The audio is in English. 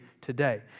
today